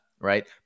right